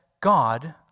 God